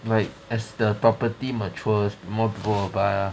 like as the property matures more people will buy lah